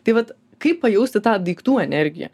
tai vat kaip pajusti tą daiktų energiją